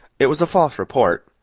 it was a false report,